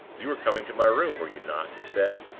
you were coming to my room, were you not? he said.